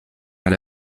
mal